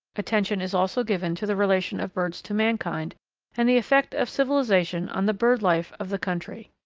attention is also given to the relation of birds to mankind and the effect of civilisation on the bird-life of the country.